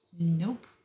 Nope